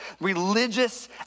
religious